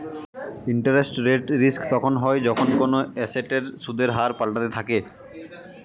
interest rate risk তখন হয় যখন কোনো এসেটের সুদের হার পাল্টাতে থাকে